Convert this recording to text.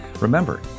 Remember